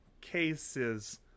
cases